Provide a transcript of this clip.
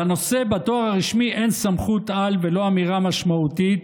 לנושא בתואר הרשמי אין סמכות-על ולא אמירה משמעותית